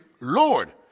Lord